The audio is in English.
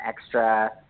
extra